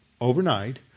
overnight